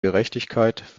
gerechtigkeit